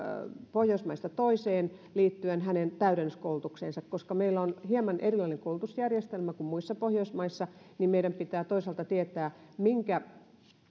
pohjoismaasta toiseen liittyen hänen täydennyskoulutukseensa koska meillä on hieman erilainen koulutusjärjestelmä kuin muissa pohjoismaissa meidän pitää toisaalta tietää minkä